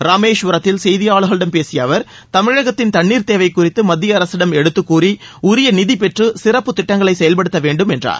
ராமேஸ்வரத்தில் செய்தியாளர்களிடம் பேசிய அவர் தமிழகத்தின் தண்ணீர் தேவை குறித்து மத்திய அரசிடம் எடுத்துக் கூறி உரிய நிதி பெற்று சிறப்புத் திட்டங்களை செயல்படுத்த வேண்டும் என்றார்